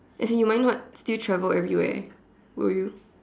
as in you might not still travel everywhere will you